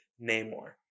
Namor